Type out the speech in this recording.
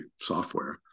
software